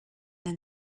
then